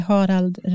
Harald